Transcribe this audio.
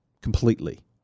completely